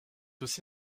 aussi